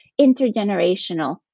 intergenerational